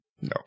No